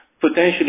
potentially